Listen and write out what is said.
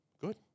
good